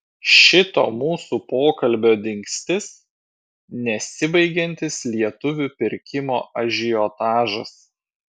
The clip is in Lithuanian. šito mūsų pokalbio dingstis nesibaigiantis lietuvių pirkimo ažiotažas